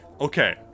Okay